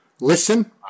Listen